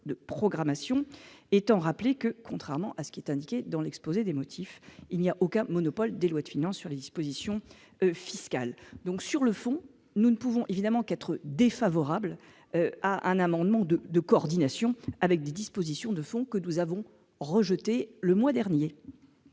de programmation ? Je rappelle à cet égard que, contrairement à ce qui est indiqué ici dans l'exposé des motifs, il n'existe aucun monopole des lois de finances en matière de dispositions fiscales. Nous ne pouvons donc qu'être défavorables à un amendement de coordination avec des dispositions de fond que nous avons rejetées le mois dernier.